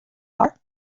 are